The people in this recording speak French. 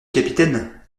capitaine